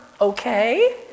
okay